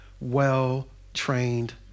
well-trained